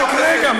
רק רגע,